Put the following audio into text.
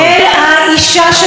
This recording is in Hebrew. או הם זוג או כבר לא זוג,